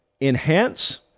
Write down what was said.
enhance